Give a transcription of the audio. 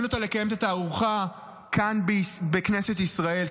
אותה לקיים את התערוכה כאן בכנסת ישראל,